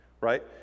right